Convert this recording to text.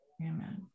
Amen